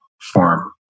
form